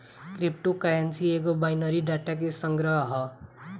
crypto currency एगो binary data के संग्रह ह